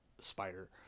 spider